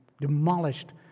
demolished